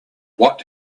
what